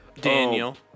Daniel